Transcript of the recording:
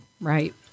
Right